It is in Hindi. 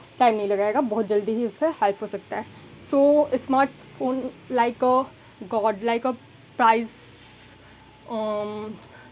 टाइम नहीं लगाएगा बहुत जल्दी ही उसमें हैल्प हो सकता है so smart phone like god like price